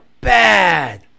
bad